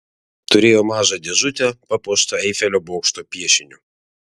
turėjo mažą dėžutę papuoštą eifelio bokšto piešiniu